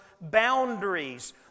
boundaries